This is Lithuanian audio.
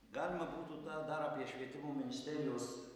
galima būtų tą dar apie švietimo ministerijos